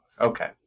Okay